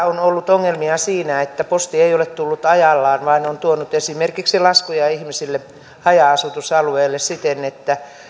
hetkellä on ollut ongelmia siinä että posti ei ole tullut ajallaan vaan on tuonut esimerkiksi laskuja ihmisille haja asutusalueelle siten että